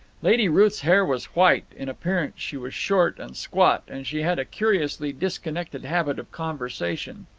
lady ruth's hair was white, in appearance she was short and squat, and she had a curiously disconnected habit of conversation,